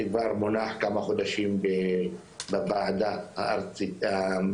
שכבר מונח כמה חודשים בוועדה המחוזית,